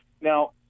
Now